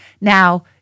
Now